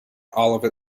olivet